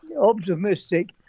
optimistic